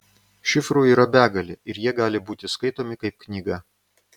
šifrų yra begalė ir jie gali būti skaitomi kaip knyga